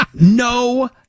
No